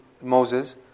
Moses